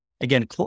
again